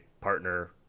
partner